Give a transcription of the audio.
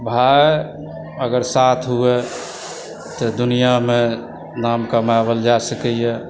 भाय अगर साथ हुअ तऽ दुनिआमे नाम कमाओल जा सकयए